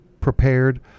prepared